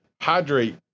hydrate